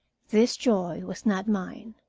this joy was not mine.